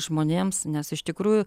žmonėms nes iš tikrųjų